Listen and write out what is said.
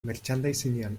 merchandisingean